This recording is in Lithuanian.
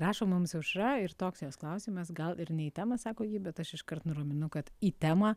rašo mums aušra ir toks jos klausimas gal ir ne į temą sako ji bet aš iškart nuraminu kad į temą